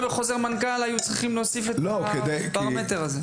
אז למה היו צריכים להוסיף את הפרמטר הזה בחוזר מנכ"ל?